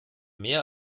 mehr